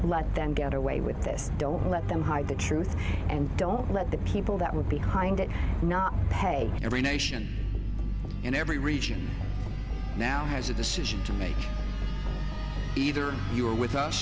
let them get away with this don't let them hide the truth and don't let the people that were behind it not pay every nation in every region now has a decision to make either you're with us